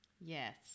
Yes